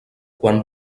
quan